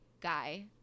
guy